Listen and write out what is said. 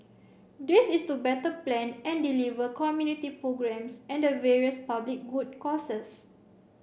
this is to better plan and deliver community programmes and the various public good causes